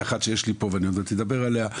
אחת שיש לי פה ואני עוד מעט אדבר עליה,